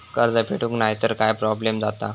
कर्ज फेडूक नाय तर काय प्रोब्लेम जाता?